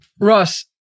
Ross